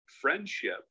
friendship